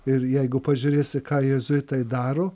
ir jeigu pažiūrėsi ką jėzuitai daro